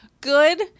good